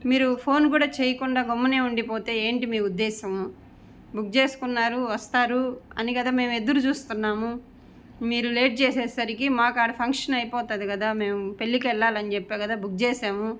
మీరు ఫోన్ కూడా చేయకుండా గమ్మనే ఉండిపోతే ఏంటి మీ ఉద్దేశము బుక్ చేసుకున్నారు వస్తారు అని కదా మేము ఎదురు చూస్తున్నాము మీరు లేట్ చేసేసరికి మాకు అక్కడ ఫంక్షన్ అయిపోతుంది కదా మేము పెళ్ళికి వెళ్ళాలి అని చెప్పే కదా బుక్ చేసాము